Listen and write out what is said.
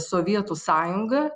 sovietų sąjunga